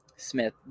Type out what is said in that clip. Smith